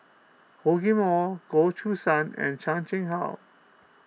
Hor Chim or Goh Choo San and Chan Chang How